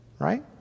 Right